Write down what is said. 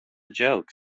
joke